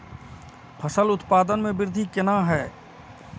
फसल उत्पादन में वृद्धि केना हैं?